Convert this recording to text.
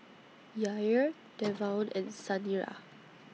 Yair Devaughn and Saniyah